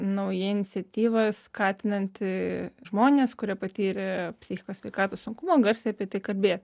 nauja iniciatyva skatinanti žmones kurie patyrė psichikos sveikatos sunkumų garsiai apie tai kalbėti